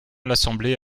l’assemblée